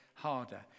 Harder